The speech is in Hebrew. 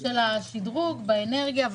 של השדרוג באנרגיה,